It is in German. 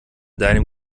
deinem